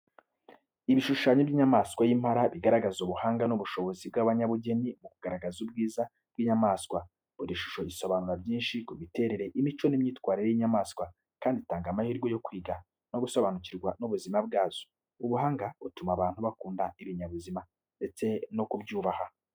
Ibishushanyo by’inyamaswa y’impara bigaragaza ubuhanga n’ubushobozi bw’abanyabugeni mu kugaragaza ubwiza bw’inyamaswa. Buri shusho isobanura byinshi ku miterere, imico n’imyitwarire y'inyamaswa, kandi itanga amahirwe yo kwiga no gusobanukirwa n'ubuzima bwazo. Ubu buhanga butuma abantu bakunda ibinyabuzima ndetse no kubyubaha.